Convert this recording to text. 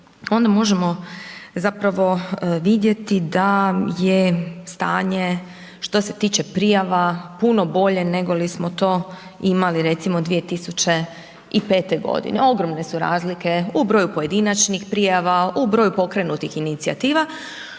onda možemo zapravo vidjeti da je stanje što se tiče prijava puno bolje, negoli smo to imali recimo 2005.g. Ogromne su razlike u broju pojedinačnih prijava, u broju pokrenutih inicijativa,